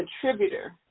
contributor